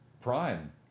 prime